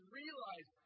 realize